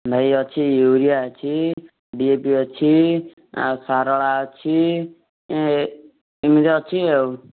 ନାଇଁ ଅଛି ୟୁରିଆ ଅଛି ଡିଏପି ଅଛି ଆଉ ଶାରଳା ଅଛି ଏଁ ଏମିତିଆ ଅଛି ଆଉ